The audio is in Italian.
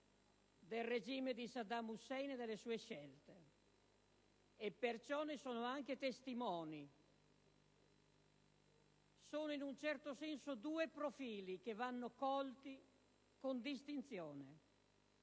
del regime di Saddam Hussein e delle sue scelte, e perciò ne sono anche testimoni. Sono in un certo senso due profili che vanno colti con distinzione: